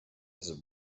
his